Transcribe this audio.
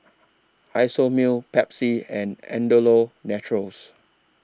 Isomil Pepsi and Andalou Naturals